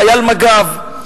חייל מג"ב,